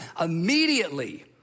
immediately